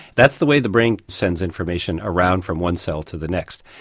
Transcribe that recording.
that's the way the brain sends information around from one cell to the next.